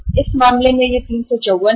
इस मामले में यह 354 है